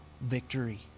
victory